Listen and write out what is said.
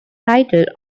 title